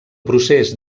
procés